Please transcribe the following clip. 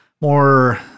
more